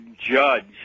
judge